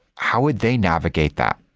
how would they navigate that?